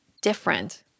different